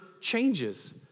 changes